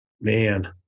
Man